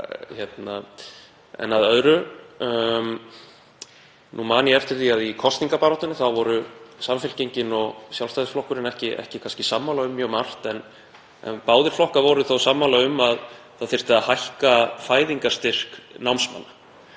En að öðru. Nú man ég eftir því að í kosningabaráttunni voru Samfylkingin og Sjálfstæðisflokkurinn kannski ekki sammála um mjög margt en báðir flokkar voru þó sammála um að það þyrfti að hækka fæðingarstyrk námsmanna.